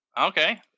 Okay